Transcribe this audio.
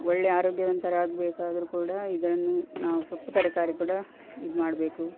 ಒಳ್ಳೆಯ ಆರೋಗ್ಯವಂತರಾಗ್ಬೇಕಾದ್ರೂ ಕೂಡ ಇದನ್ನು ನಾವು ಸೊಪ್ಪು ತರಕಾರಿ ಕೂಡ ಇದು ಮಾಡಬೇಕು